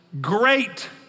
great